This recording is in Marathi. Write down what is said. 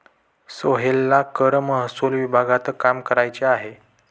सोहेलला कर महसूल विभागात काम करायचे आहे